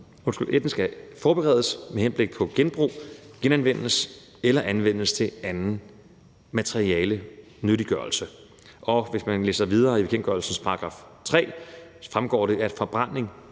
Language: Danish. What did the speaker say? enten skal forberedes med henblik på genbrug, genanvendes eller anvendes til anden materialenyttiggørelse. Og hvis man læser videre i bekendtgørelsens § 3, fremgår det, at forbrænding